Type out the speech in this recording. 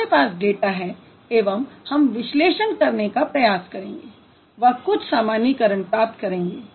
हमारे पास डाटा है एवं हम विश्लेषण करने का प्रयास करेंगे व कुछ सामान्यीकरण प्राप्त करेंगे